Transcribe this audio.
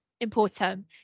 important